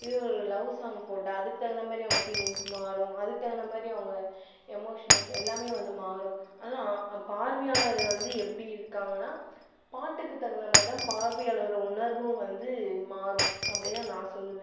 இதே ஒரு love song போட்டால் அதுக்கு தகுந்த மாதிரி அவங்க ஃபீலிங்ஸ் மாறும் அதுக்கு தகுந்த மாதிரி அவங்க எமோஷனல்ஸ் எல்லாமே வந்து மாறும் ஆனால் பார்வையாளர் வந்து எப்படி இருக்காங்கனா பாட்டுக்கு தகுந்த மாதிரி தான் பார்வையாளர்கள் உணர்வும் வந்து மாறும் அப்படிதான் நான் சொல்லுவேன்